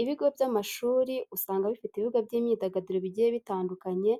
Ibigo by'amashuri usanga bifite ibibuga by'imyidagaduro bijyiye bitandukanye